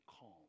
calm